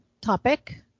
topic